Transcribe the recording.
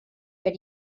per